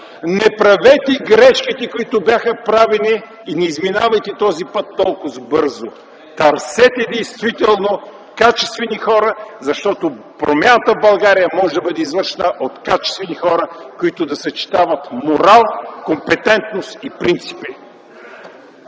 Не правете грешките, които бяха правени и не изминавайте този път толкоз бързо! Търсете действително качествени хора, защото промяната в България може да бъде извършена от качествени хора, които да съчетават морал, компетентност и принципи!